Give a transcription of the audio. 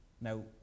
Now